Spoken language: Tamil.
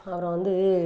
அப்புறம் வந்து